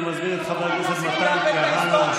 אני מזמין את חבר הכנסת מתן כהנא.